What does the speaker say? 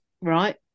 Right